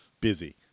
busy